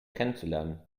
kennenzulernen